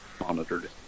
Monitored